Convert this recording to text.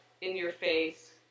in-your-face